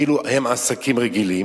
כאילו הם עסקים רגילים,